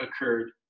occurred